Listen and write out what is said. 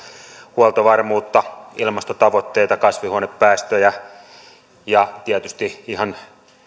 huoltovarmuutta ilmastotavoitteita kasvihuonepäästöjä ja tietysti ihan